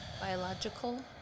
biological